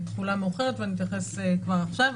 של תחולה מאוחרת, ואני אתייחס כבר עכשיו.